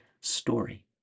story